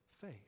faith